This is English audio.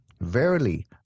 verily